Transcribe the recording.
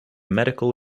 medical